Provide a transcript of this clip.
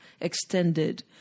extended